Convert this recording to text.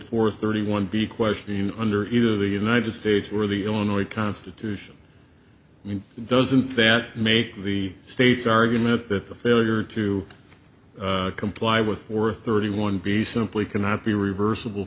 for thirty one be questioned under either the united states we're the only constitution doesn't that make the state's argument that the failure to comply with four thirty one piece simply cannot be reversible